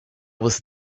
was